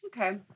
Okay